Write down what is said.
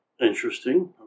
Interesting